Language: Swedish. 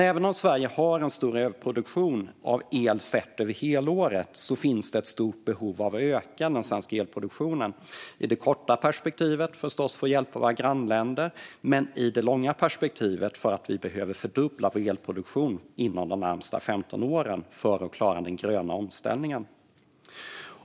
Även om Sverige har en stor överproduktion av el sett över helåret finns ett stort behov av att öka den svenska elproduktionen, i det korta perspektivet förstås för att hjälpa våra grannländer men i det långa perspektivet därför att vi behöver fördubbla vår elproduktion inom de närmaste 15 åren för att klara den gröna omställningen.